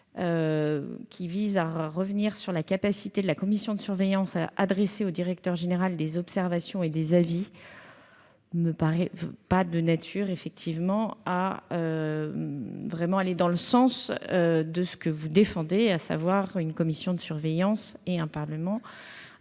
628 vise à revenir sur la capacité de la commission de surveillance à adresser au directeur général des observations et des avis. Cela ne me paraît pas aller dans le sens que vous défendez, à savoir une commission de surveillance et un parlement